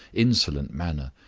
insolent manner,